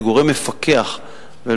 לדחוף את התלמיד להיות יצירתי,